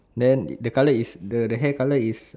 then the colour is the the hair colour is